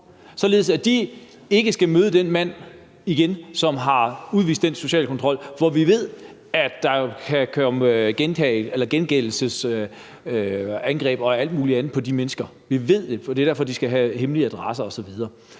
således at de ikke skal møde den mand igen, som har udsat dem for social kontrol. For vi ved, at de kvinder kan blive udsat for gengældelsesangreb og alt mulig andet. Vi ved det, for det er derfor, de skal have hemmelig adresse osv.